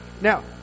Now